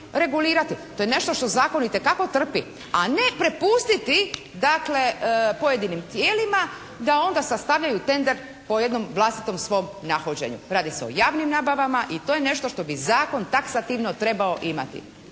To je nešto što zakon itekako trpi, a ne prepustiti dakle pojedinim tijelima da onda sastavljaju «tender» po jednom vlastitom svom nahođenju. Radi se o javnim nabavama i to je nešto što bi zakon taksativno trebao imati.